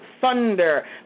thunder